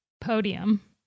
podium